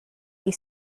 you